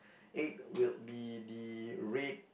eighth will be the red